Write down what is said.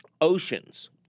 oceans